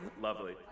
Lovely